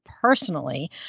personally